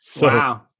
Wow